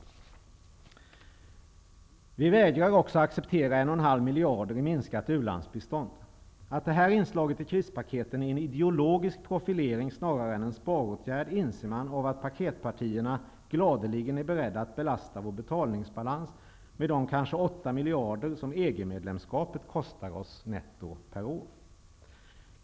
Vi vägrar också acceptera 1,5 miljarder i minskat u-landsbistånd. Att detta inslag i krispaketen är en ideologisk profilering snarare än en sparåtgärd inser man av att paketpartierna gladeligen är beredda att belasta vår betalningsbalans med de 8-- 10 miljarder som EG-medlemskapet kostar oss netto per år.